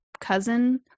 cousin